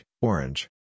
orange